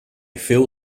feel